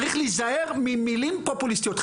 צריך להיזהר ממילים פופוליסטיות.